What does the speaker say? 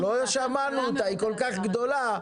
לא שמענו אותה.